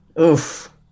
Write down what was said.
Oof